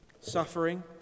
Suffering